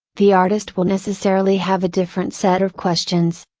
the artist will necessarily have a different set of questions,